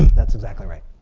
that's exactly right.